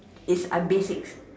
it's an basic